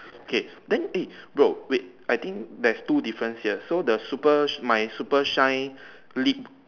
okay then eh bro wait I think there's two difference here so the super she my super shine lip